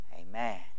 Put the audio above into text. Amen